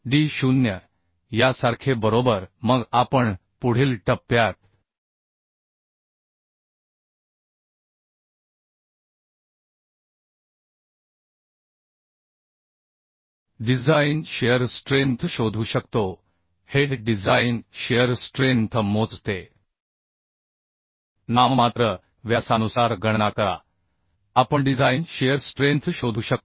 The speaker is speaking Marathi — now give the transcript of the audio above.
d0 यासारखे बरोबर मग आपण पुढील टप्प्यात डिझाइन शिअर स्ट्रेंथ शोधू शकतो हे डिझाइन शिअर स्ट्रेंथ मोजते नाममात्र व्यासानुसार गणना करा आपण डिझाइन शिअर स्ट्रेंथ शोधू शकतो